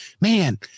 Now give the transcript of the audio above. man